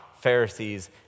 Pharisees